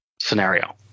scenario